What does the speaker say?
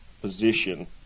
position